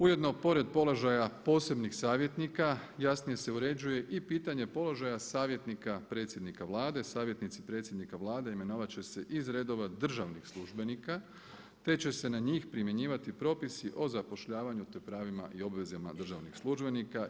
Ujedno pored položaja posebnih savjetnika jasnije se uređuje i pitanje položaja savjetnika predsjednika Vlade, savjetnici predsjednika Vlade imenovat će se iz reda državnih službenika te će se na njih primjenjivati propisi o zapošljavanju te pravima i obvezama državnih službenika.